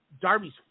Darby's